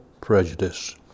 prejudice